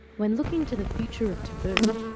when looking to the future of taboo,